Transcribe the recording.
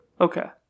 okay